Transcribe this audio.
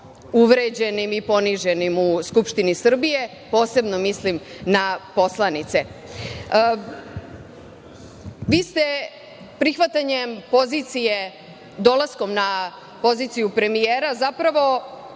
uvređenim i poniženim u Skupštini Srbije, a posebno mislim na poslanice. Vi ste prihvatanjem pozicije, tj. dolaskom na poziciju premijera zapravo